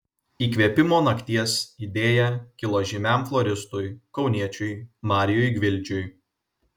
įkvėpimo nakties idėja kilo žymiam floristui kauniečiui marijui gvildžiui